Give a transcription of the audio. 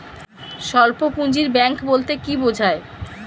স্বল্প পুঁজির ব্যাঙ্ক বলতে কি বোঝায়?